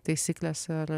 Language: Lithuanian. taisyklės ir